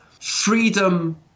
freedom